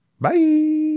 Bye